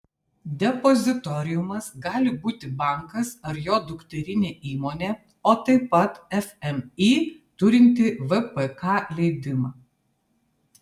depozitoriumas gali būti bankas ar jo dukterinė įmonė o taip pat fmį turinti vpk leidimą